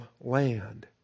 land